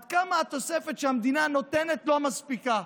עד כמה התוספת שהמדינה נותנת לא מספיקה.